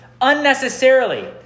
unnecessarily